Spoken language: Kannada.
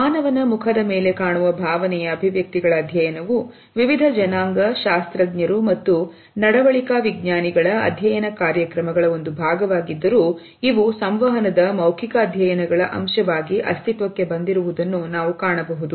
ಮಾನವನ ಮುಖದ ಮೇಲೆ ಕಾಣುವ ಭಾವನೆಯ ಅಭಿವ್ಯಕ್ತಿಗಳ ಅಧ್ಯಯನವು ವಿವಿಧ ಜನಾಂಗ ಶಾಸ್ತ್ರಜ್ಞರು ಮತ್ತು ನಡವಳಿಕಾ ವಿಜ್ಞಾನಿಗಳ ಅಧ್ಯಯನ ಕಾರ್ಯಕ್ರಮಗಳ ಒಂದು ಭಾಗವಾಗಿದ್ದರೂ ಇವು ಸಂವಹನದ ಮೌಖಿಕ ಅಧ್ಯಯನಗಳ ಅಂಶವಾಗಿ ಅಸ್ತಿತ್ವಕ್ಕೆ ಬಂದಿರುವುದನ್ನು ನಾವು ಕಾಣಬಹುದು